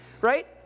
right